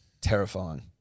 Terrifying